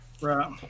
Right